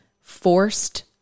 Forced